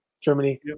Germany